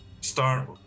start